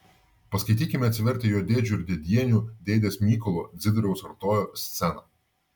paskaitykime atsivertę jo dėdžių ir dėdienių dėdės mykolo dzidoriaus artojo sceną